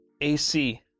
AC